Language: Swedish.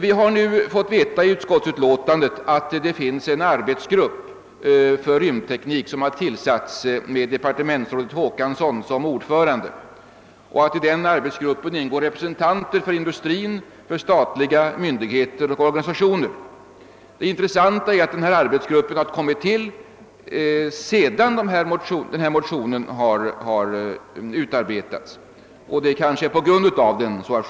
Vi har nu fått veta av utskottsutlåtandet att en arbetsgrupp för rymdteknik tillsatts med departementsrådet Håkansson som ordförande och att i arbetsgruppen ingår representanter för industrin, statliga myndigheter och organisationer. Det intressanta är att denna arbetsgrupp har kommit till sedan motionen utarbetats, kanske på grund av motionen.